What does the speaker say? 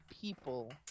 people